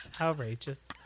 Outrageous